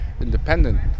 independent